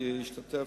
רצוני לשאול: